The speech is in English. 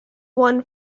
won